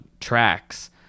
tracks